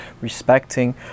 respecting